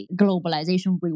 globalization